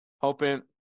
hoping